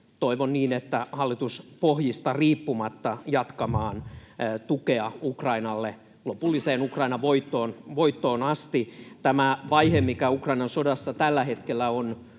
toivon niin, että hallituspohjista riippumatta — jatkamaan tukea Ukrainalle lopulliseen Ukrainan voittoon asti. Tämä vaihe, mikä Ukrainan sodassa tällä hetkellä on,